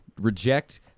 Reject